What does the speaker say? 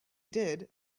did